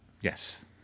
Yes